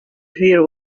hear